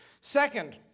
Second